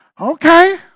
Okay